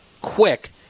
quick